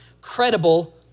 credible